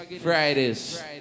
Fridays